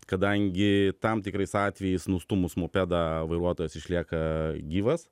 kadangi tam tikrais atvejais nustūmus mopedą vairuotojas išlieka gyvas